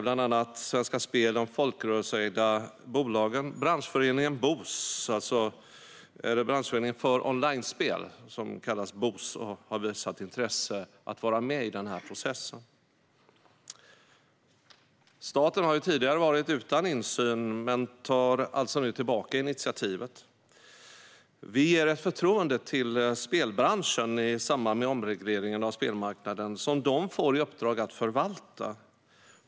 Bland annat har Svenska Spel, de folkrörelseägda bolagen och Branschföreningen för Onlinespel, som kallas Bos, visat intresse av att vara med i den här processen. Staten har tidigare varit utan insyn men tar alltså nu tillbaka initiativet. Vi ger ett förtroende till spelbranschen i samband med omregleringen av spelmarknaden som de får i uppdrag att förvalta.